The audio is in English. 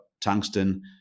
tungsten